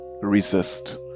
resist